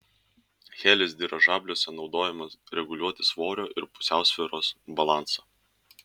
helis dirižabliuose naudojamas reguliuoti svorio ir pusiausvyros balansą